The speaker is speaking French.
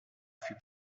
fut